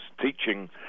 teaching